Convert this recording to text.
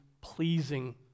pleasing